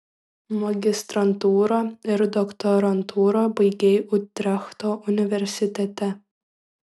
magistrantūrą ir doktorantūrą baigei utrechto universitete